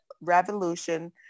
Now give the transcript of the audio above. revolution